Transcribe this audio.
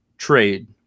Trade